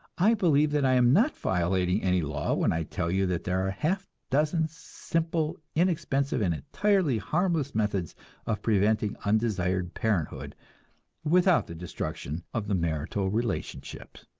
i believe that i am not violating any law when i tell you that there are half a dozen simple, inexpensive, and entirely harmless methods of preventing undesired parenthood without the destruction of the marital relationship.